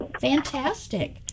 Fantastic